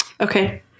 Okay